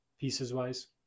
pieces-wise